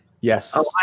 Yes